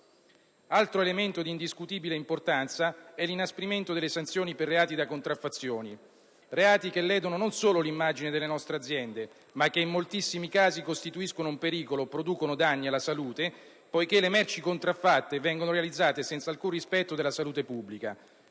Altro elemento di indiscutibile importanza è l'inasprimento delle sanzioni per reati da contraffazione, reati che non solo ledono l'immagine delle nostre aziende, ma in moltissimi casi costituiscono un pericolo o producono danni alla salute, poiché le merci contraffatte vengono realizzate senza alcun rispetto della salute pubblica.